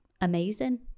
amazing